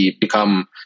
become